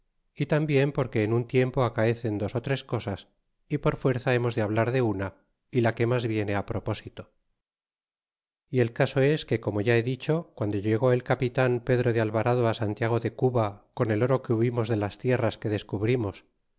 y tambien porque en un tiempo acaecen dos ó tres cosas y por fuerza hemos de hablar de una y la que mas viene al propósito y el caso es que como ya he dicho guando llegó el capitan pedro de alvarado á santiago de cuba con el oro que hubimos de las tierras que descubrimos